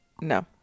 no